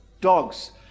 dogs